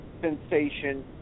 sensation